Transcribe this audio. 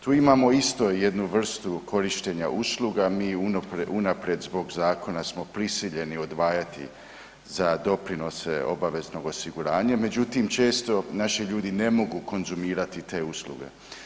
Tu imamo isto jednu vrstu korištenja usluga, mi unaprijed zbog zakona smo prisiljeni odvajati za doprinose obavezno osiguranje međutim često naši ljudi ne mogu konzumirati te usluge.